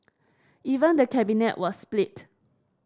even the cabinet was split